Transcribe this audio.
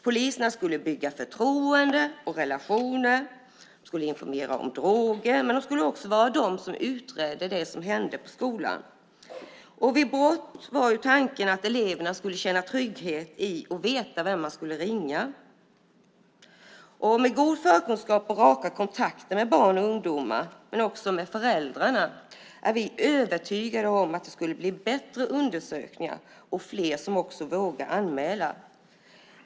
Poliserna skulle bygga förtroende och relationer och informera om droger. Men de skulle också utreda det som hände på skolan. Vid brott var tanken att eleverna skulle känna trygghet i att veta vem man skulle ringa. Med god förkunskap och raka kontakter med barn och ungdomar, men också med föräldrarna, är vi övertygade om att det skulle bli bättre undersökningar och fler som vågar anmäla.